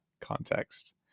context